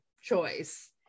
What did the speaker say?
choice